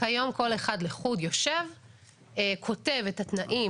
כיום כל אחד יושב לחוד וכותב את התנאים.